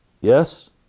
Yes